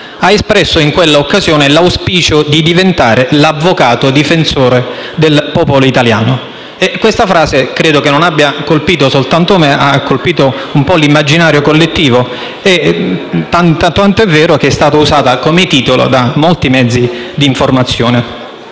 Ha espresso, in quella occasione, l'auspicio di diventare l'avvocato difensore del popolo italiano. E credo che questa frase abbia colpito non soltanto me ma, in un certo senso, anche l'immaginario collettivo, tanto è vero che è stata usata come titolo da molti mezzi di informazione.